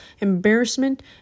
embarrassment